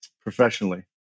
professionally